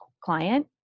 client